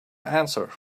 answer